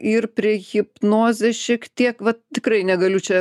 ir prie hipnozės šiek tiek vat tikrai negaliu čia